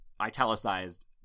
italicized